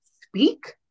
speak